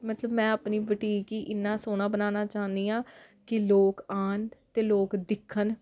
मतलब में अपनी बुटीक गी इन्ना सोह्ना बनाना चाह्न्नी आं कि लोक आन ते लोक दिक्खन